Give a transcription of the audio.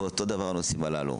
ואותו דבר בנושאים הללו.